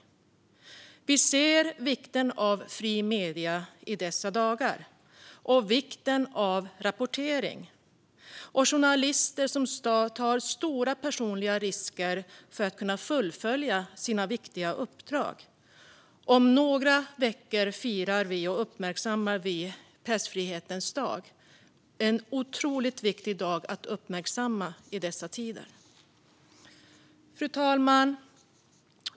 Vi ser i dessa dagar vikten av fria medier liksom vikten av rapportering. Journalister tar stora personliga risker för att kunna fullfölja sina viktiga uppdrag. Om några veckor firar vi pressfrihetens dag. Det är en otroligt viktig dag att uppmärksamma i dessa tider. Fru talman!